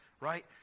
right